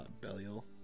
Belial